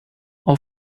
all